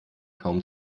kaum